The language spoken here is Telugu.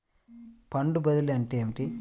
ఫండ్ బదిలీ అంటే ఏమిటి?